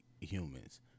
humans